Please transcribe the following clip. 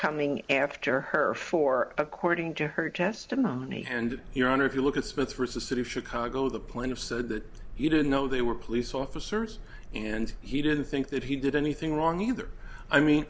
coming after her for according to her testimony and your honor if you look at spitzer's the city of chicago the point of so that you didn't know there were police officers and he didn't think that he did anything wrong either i mean